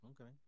Okay